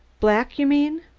black, you mean?